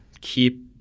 keep